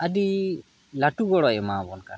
ᱟᱹᱰᱤ ᱞᱟᱹᱴᱩ ᱜᱚᱲᱚᱭ ᱮᱢᱟᱣᱟᱵᱚᱱ ᱠᱟᱱᱟ